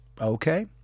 Okay